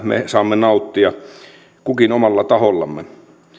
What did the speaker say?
saamme nauttia kukin omalla tahollamme